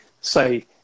say